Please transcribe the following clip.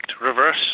reverse